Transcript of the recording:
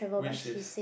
which is